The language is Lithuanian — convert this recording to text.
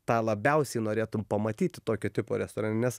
tą labiausiai norėtum pamatyti tokio tipo restorane nes